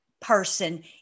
person